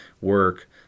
work